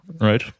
right